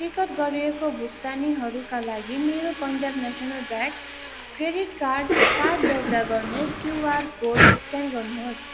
take up गरिएको भुक्तानीहरूका लागि मेरो Punjab national bank credit card card दर्ता गर्नु क्युआर कोड स्क्यान गर्नुहोस्